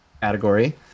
category